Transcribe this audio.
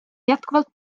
jätkuvalt